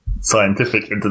scientific